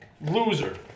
loser